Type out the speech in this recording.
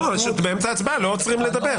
לא, באמצע הצבעה לא עוצרים לדבר.